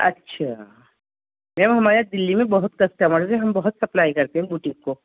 اچھا میم ہمارا دلی میں بہت کسٹمر ہے ہم بہت سپلائی کرتے ہیں بوٹیک کو